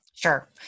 Sure